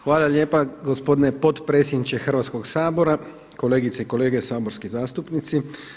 Hvala lijepa gospodine potpredsjedniče Hrvatskog sabora, kolegice i kolege saborski zastupnici.